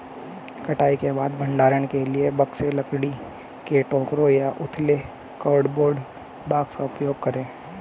कटाई के बाद भंडारण के लिए बक्से, लकड़ी के टोकरे या उथले कार्डबोर्ड बॉक्स का उपयोग करे